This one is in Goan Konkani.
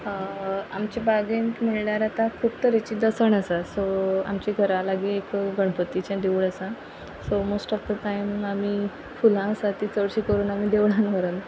आमचे म्हणल्यार आतां खूब तरेची जसण आसा सो आमच्या घरा लागीं एक गणपतीचें देवूळ आसा so most of the time आमी फुलां आसा ती चडशीं करून आमी देवळान व्हरून